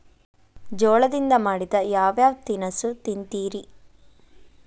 ಜೋಳದಿಂದ ಮಾಡಿದ ಯಾವ್ ಯಾವ್ ತಿನಸು ತಿಂತಿರಿ?